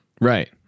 right